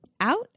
out